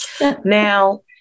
Now